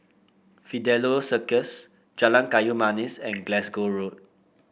Fidelio Circus Jalan Kayu Manis and Glasgow Road